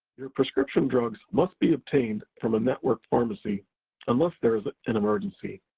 your prescription drugs must be obtained from a network pharmacy unless there's an emergency.